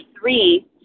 three